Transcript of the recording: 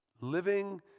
Living